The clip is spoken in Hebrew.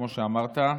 כמו שאמרת,